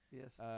Yes